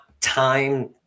time